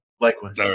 Likewise